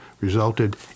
resulted